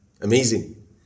amazing